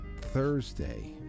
Thursday